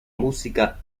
música